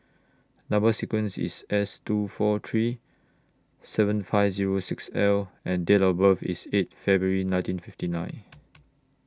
Number sequence IS S two four three seven five Zero six L and Date of birth IS eight February nineteen fifty nine